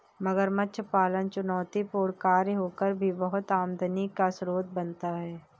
मगरमच्छ पालन चुनौतीपूर्ण कार्य होकर भी बहुत आमदनी का स्रोत बनता है